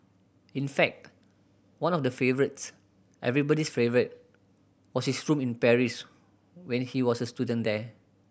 in fact one of the favourites everybody's favourite was his room in Paris when he was a student there